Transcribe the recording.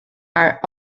are